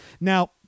Now